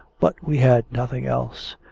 but we had nothing else.